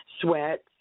Sweats